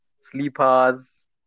sleepers